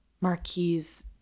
Marquise